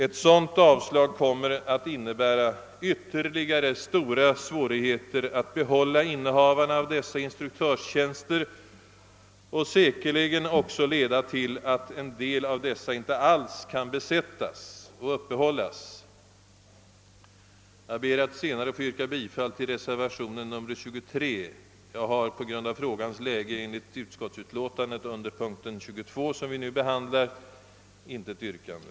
Ett sådant avslag kommer att innebära ytterligare stora svårigheter att behålla innehavarna av dessa instruktörstjänster och säkerligen också leda till att en del av dessa tjänster inte alls kan besättas och uppehållas. Jag ber att senare få yrka bifall till reservationen vid punkten 23. Jag har på grund av frågans läge beträffande punkten 22 i utskottsutlåtandet, som vi nu behandlar, intet yrkande.